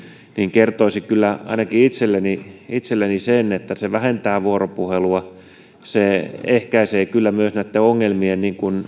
kertoisi kyllä ainakin itselleni itselleni sen että se vähentää vuoropuhelua ja ehkäisee kyllä myös näitten ongelmien